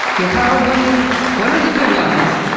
you're probably one of the good ones!